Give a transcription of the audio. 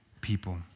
people